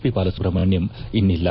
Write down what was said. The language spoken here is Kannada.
ಪಿ ಬಾಲಸುಬ್ರಹಣ್ಣಂ ಇನ್ನಿಲ್ಲ